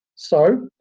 so,